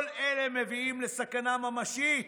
כל אלה מביאים לסכנה ממשית